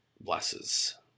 blesses